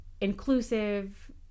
inclusive